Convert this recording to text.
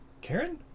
karen